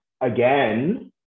again